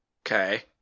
Okay